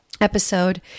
episode